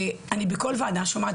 ואני בכל ועדה שומעת,